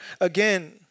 again